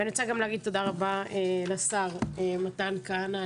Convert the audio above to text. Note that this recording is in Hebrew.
ואני רוצה גם להגיד תודה רבה לשר מתן כהנא.